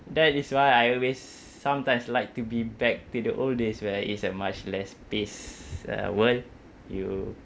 that is why I always sometimes like to be back to the old days where it's a much less pace uh world you